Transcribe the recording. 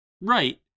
right